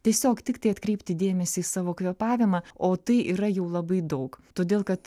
tiesiog tiktai atkreipti dėmesį į savo kvėpavimą o tai yra jau labai daug todėl kad